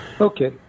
Okay